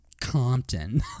compton